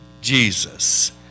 Jesus